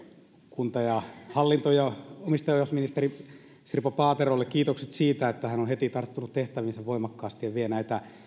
kunta hallinto ja omistajaohjausministeri sirpa paaterolle kiitokset siitä että hän on heti tarttunut tehtäviinsä voimakkaasti ja vie näitä